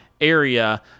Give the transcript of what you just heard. area